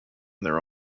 their